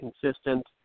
consistent